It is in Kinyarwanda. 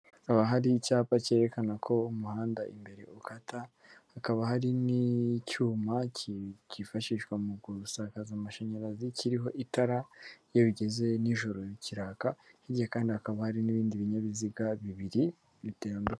Haba hari icyapa cyerekana ko umuhanda imbere ukata, hakaba hari n'icyuma kifashishwa mu gusakaza amashanyarazi kiriho itara iyo bigeze nijoro kiraka, hirya kandi hakaba hari n'ibindi binyabiziga bibiri bigenda.